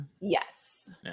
Yes